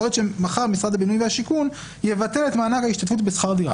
יכול להיות שמחר משרד הבינוי והשיכון יבטל את מענק ההשתתפות בשכר דירה.